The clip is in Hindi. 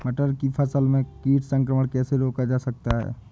मटर की फसल में कीट संक्रमण कैसे रोका जा सकता है?